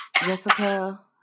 Jessica